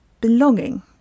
belonging